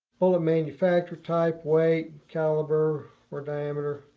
bullet manufacturer, type, weight, caliber or diameter.